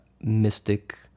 mystic